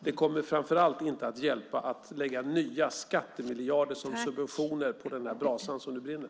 Det kommer framför allt inte att hjälpa att lägga nya skattemiljarder som subventioner på den brasa som nu brinner.